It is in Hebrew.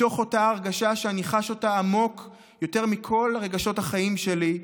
מתוך אותה הרגשה שאני חש אותה עמוק יותר מכל רגשות החיים שלי,